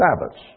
Sabbaths